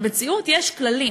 במציאות יש כללים.